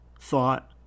thought